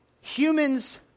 Humans